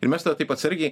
ir tada taip atsargiai